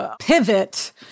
pivot